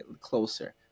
closer